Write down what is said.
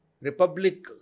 Republic